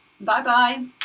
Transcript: Bye-bye